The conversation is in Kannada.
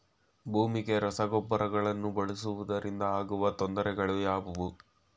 ಭೂಮಿಗೆ ರಸಗೊಬ್ಬರಗಳನ್ನು ಬಳಸುವುದರಿಂದ ಆಗುವ ತೊಂದರೆಗಳು ಯಾವುವು?